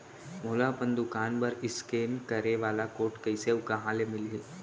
मोला अपन दुकान बर इसकेन करे वाले कोड कइसे अऊ कहाँ ले मिलही?